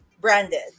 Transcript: branded